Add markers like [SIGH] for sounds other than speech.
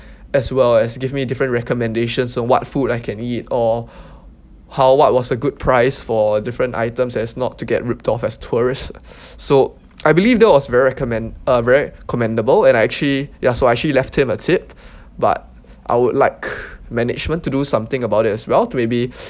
as well as give me different recommendations on what food I can eat or how what was a good price for different items as not to get ripped off as tourists so I believe that was very recommen~ uh very commendable and I actually ya so I actually left him a tip but I would like management to do something about it as well to maybe [NOISE]